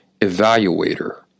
evaluator